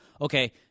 okay